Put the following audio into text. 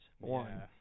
One